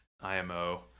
IMO